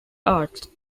art